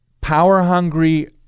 power-hungry